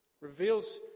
Reveals